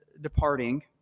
departing